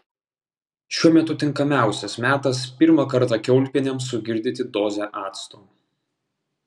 šiuo metu tinkamiausias metas pirmą kartą kiaulpienėms sugirdyti dozę acto